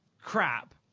crap